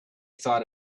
thought